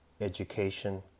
education